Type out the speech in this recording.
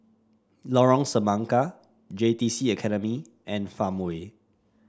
Lorong Semangka J T C Academy and Farmway